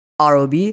rob